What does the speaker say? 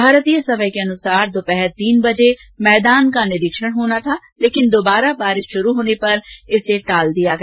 भारतीय समयानुसार दोपहर तीन बजे मैदान का निरीक्षण होना था लेकिन दोबारा बारिश शुरु होने पर इसे टाल दिया गया